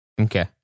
Okay